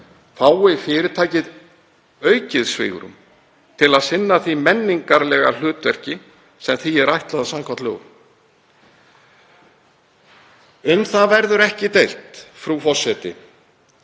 fái fyrirtækið aukið svigrúm til að sinna því menningarlega hlutverki sem því er ætlað samkvæmt lögum. Um það verður ekki deilt, frú forseti,